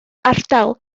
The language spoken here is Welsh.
ardal